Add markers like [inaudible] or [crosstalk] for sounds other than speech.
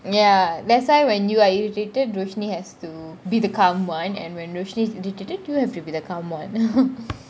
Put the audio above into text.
ya that's why when you are you are irritated rushni has to be the calm one and rushni is irritated you have to be the calm one [laughs]